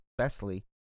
bestly